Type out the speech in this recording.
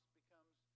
becomes